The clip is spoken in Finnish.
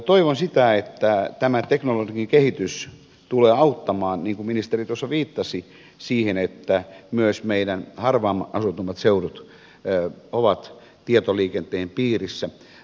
toivon sitä että tämä teknologinen kehitys tulee auttamaan niin kuin ministeri tuossa viittasi siihen että myös meidän harvempaan asutut seudut ovat tietoliikenteen piirissä